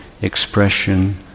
expression